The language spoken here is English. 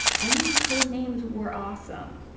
and these code names were awesome,